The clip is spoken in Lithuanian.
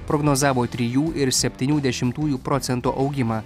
prognozavo trijų ir septynių dešimtųjų procento augimą